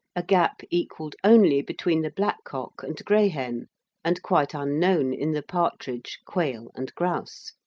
a gap equalled only between the blackcock and greyhen and quite unknown in the partridge, quail and grouse.